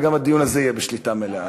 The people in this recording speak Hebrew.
וגם הדיון הזה יהיה בשליטה מלאה,